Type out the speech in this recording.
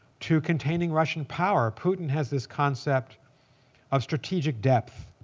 to containing russian power. putin has this concept of strategic depth.